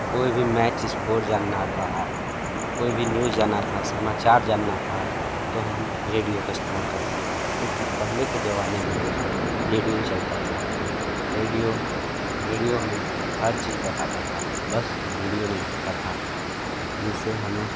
कोई भी match score जानना था कोई भी न्यूज़ जानना था समाचार जानना था तो हम रेडियो का इस्तेमाल करते थे क्योंकि पहले के ज़माने में रेडियो ही चलता था रेडियो रेडियो हमें हर चीज़ बताता था बस विडिओ नहीं दिखता था जिससे हमें